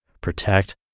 protect